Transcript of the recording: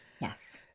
Yes